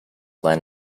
glenn